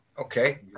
Okay